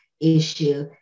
issue